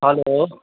hello